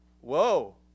Whoa